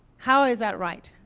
how is that right?